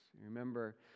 Remember